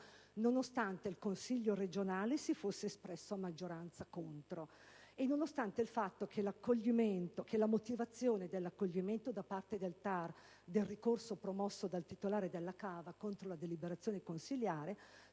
nonostante il consiglio regionale si fosse espresso a maggioranza contro e nonostante il fatto che la motivazione dell'accoglimento da parte del TAR del ricorso promosso dal titolare della cava contro la deliberazione consiliare